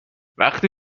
وقتی